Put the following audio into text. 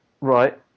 right